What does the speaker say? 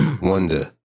Wonder